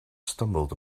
stumbled